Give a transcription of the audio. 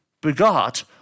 begot